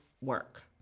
work